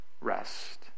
rest